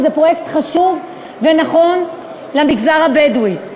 כי זה פרויקט חשוב ונכון למגזר הבדואי.